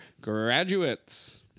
graduates